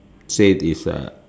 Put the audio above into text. say this uh